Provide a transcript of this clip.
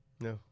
No